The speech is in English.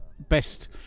best